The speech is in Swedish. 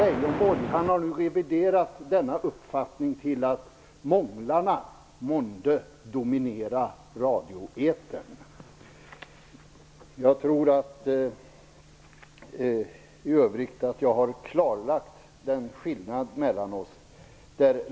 Leijonborg har nu reviderat denna uppfattning, eftersom han tycker att månglarna skall dominera radioetern. Jag tror i övrigt att jag har klarlagt skillnaden mellan oss.